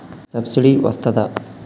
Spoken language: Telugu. సబ్సిడీ వస్తదా?